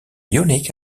unique